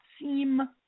seem